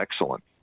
excellent